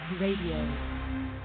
Radio